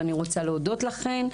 ואני רוצה להודות לכן.